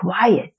quiet